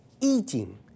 eating